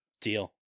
Deal